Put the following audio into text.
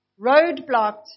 roadblocked